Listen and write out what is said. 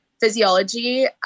physiology